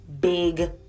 big